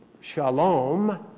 shalom